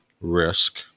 risk